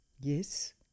Yes